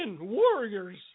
warriors